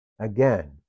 again